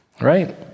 right